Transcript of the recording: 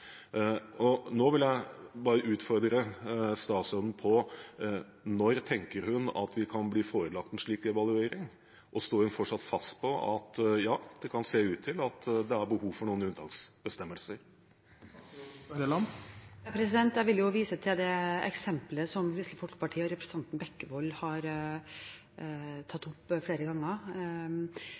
Nå vil jeg bare utfordre statsråden på når hun tenker at vi kan bli forelagt en slik evaluering. Og står hun fortsatt fast på at det kan se ut til at det er behov for noen unntaksbestemmelser? Jeg vil vise til det eksemplet som Kristelig Folkeparti og representanten Bekkevold har tatt opp flere ganger